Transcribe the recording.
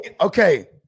okay